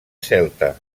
celta